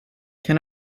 can